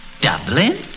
Dublin